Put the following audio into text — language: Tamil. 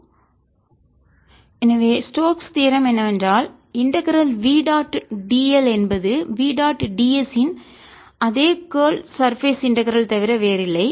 Vxyzx2yijCxyk எனவே ஸ்டோக்ஸ் தீயரம் தேற்றம் என்னவென்றால் integral v dot d l என்பது v டாட் d s இன் அதே கார்ல் சர்பேஸ் இன்டகரல் தவிர வேறில்லை